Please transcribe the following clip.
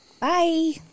Bye